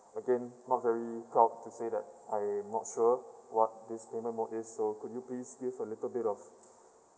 again not very proud to say that I'm not sure what this payment mode is so could you please give a little bit of